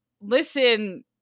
listen